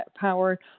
power